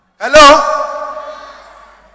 Hello